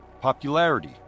popularity